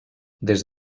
des